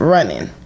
Running